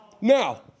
Now